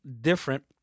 different